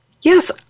Yes